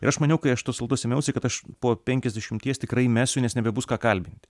ir aš maniau kai aš tos laidos ėmiausi kad aš po penkiasdešimties tikrai mesiu nes nebebus ką kalbinti